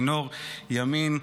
אלינור ימין,